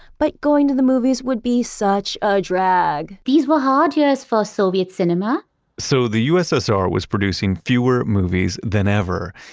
but going to the movies would be such a drag these were hard years for soviet cinema so the ussr was producing fewer movies than ever.